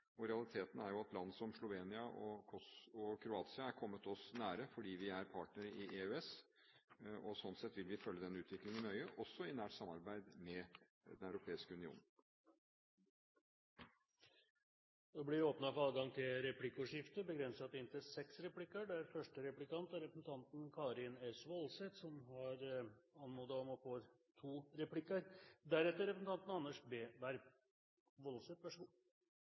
er medlem av EU. Realiteten er at land som Slovenia og Kroatia er kommet til å stå oss nær, fordi vi er partnere i EØS, og sånn sett vil vi følge denne utviklingen nøye, også i nært samarbeid med Den europeiske union. Det blir replikkordskifte. Jeg skal følge opp litt der utenriksministeren slapp, nemlig når det gjelder Kosovo og EU. Det er fem land i EU som